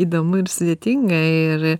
įdomu ir sudėtinga ir